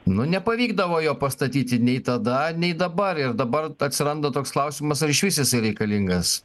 nu nepavykdavo jo pastatyti nei tada nei dabar ir dabar atsiranda toks klausimas ar išvis jisai reikalingas